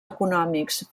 econòmics